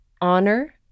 honor